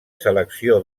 selecció